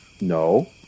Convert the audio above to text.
No